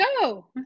go